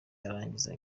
arangiza